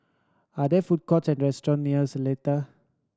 are there food courts or restaurant near Seletar